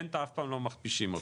אף פעם לא מכפישים את הקליינט,